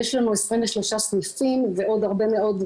יש לנו 23 סניפים ועוד הרבה מאוד,